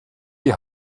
die